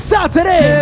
Saturday